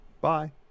Bye